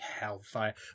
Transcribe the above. hellfire